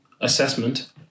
assessment